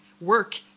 work